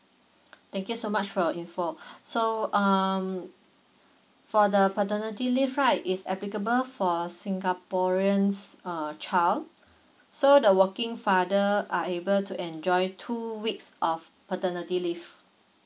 thank you so much for your info so um for the paternity leave right is applicable for singaporeans uh child so the working father are able to enjoy two weeks of paternity leave